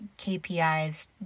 KPIs